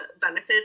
benefits